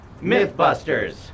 Mythbusters